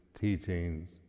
teachings